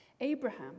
Abraham